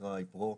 שנקרא היפרו.